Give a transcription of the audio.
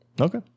Okay